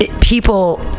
people